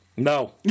No